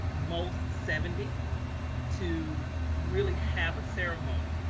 most seventy to really have a ceremony.